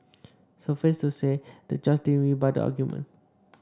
suffice to say the judge didn't really buy the argument